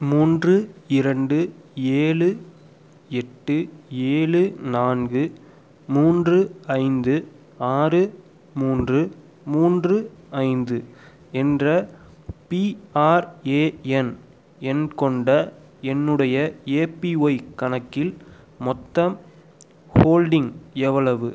மூன்று இரண்டு ஏழு எட்டு ஏழு நான்கு மூன்று ஐந்து ஆறு மூன்று மூன்று ஐந்து என்ற பிஆர்ஏஎன் எண் கொண்ட என்னுடைய ஏபிஒய் கணக்கின் மொத்த ஹோல்டிங் எவ்வளவு